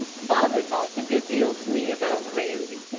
father talked a good deal to me about rarey,